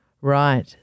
Right